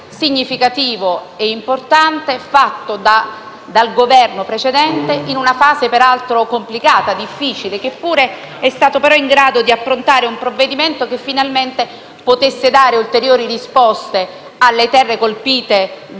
significativo e importante svolto dal precedente Governo, in una fase peraltro complicata e difficile; Governo che pure è stato in grado di approntare un provvedimento che finalmente potesse dare ulteriori risposte alle terre colpite